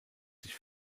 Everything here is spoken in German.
sich